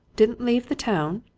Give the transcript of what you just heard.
didn't leave the town?